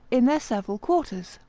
in their several quarters